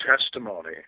testimony